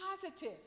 positive